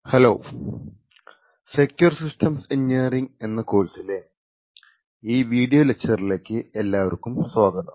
hello secure systems engineering എന്ന കോഴ്സിലെ ഈ വീഡിയോ ലക്ച്ചറിലേക്ക് എല്ലാവർക്കും സ്വാഗതം